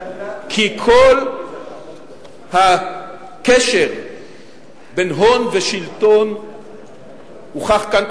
כי כל הקשר בין הון לשלטון הוכח כאן,